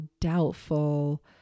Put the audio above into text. doubtful